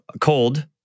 cold